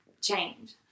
change